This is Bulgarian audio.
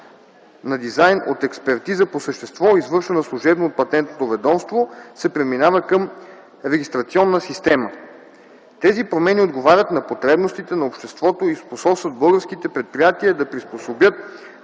на дизайн – от експертиза по същество, извършвана служебно от Патентното ведомство, се преминава към регистрационна система. Тези промени отговарят на потребностите на обществото и способстват българските предприятия да приспособят